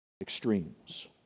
extremes